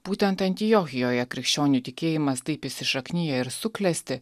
būtent antiochijoje krikščionių tikėjimas taip įsišaknija ir suklesti